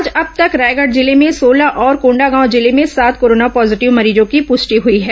आज अब तक रायगढ़ जिले में सोलह और कोंडागांव जिले में सात कोरोना पॉजिटिव मरीजों की पुष्टि हुई है